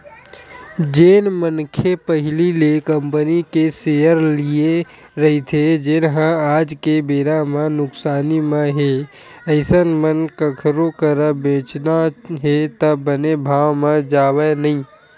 जेन मनखे पहिली ले कंपनी के सेयर लेए रहिथे जेनहा आज के बेरा म नुकसानी म हे अइसन म कखरो करा बेंचना हे त बने भाव म जावय नइ